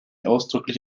ausdrücklich